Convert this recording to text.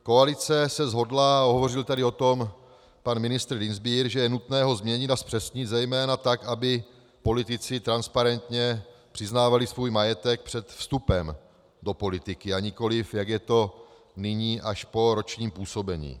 Koalice se shodla, a hovořil tady o tom pan ministr Dienstbier, že je nutné ho změnit a zpřesnit zejména tak, aby politici transparentně přiznávali svůj majetek před vstupem do politiky, a nikoliv, jak je to nyní, až po ročním působení.